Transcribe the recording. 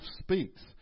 speaks